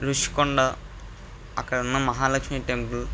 రుషికొండ అక్కడున్న మహాలక్ష్మి టెంపుల్